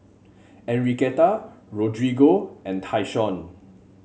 Enriqueta Rodrigo and Tyshawn